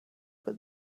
but